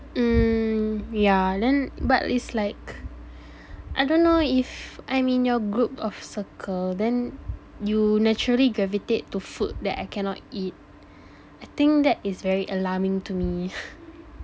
um yeah then but it's like I don't know if I mean your group of circle then you naturally gravitate to food that I cannot eat I think that is very alarming to me